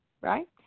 right